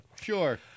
Sure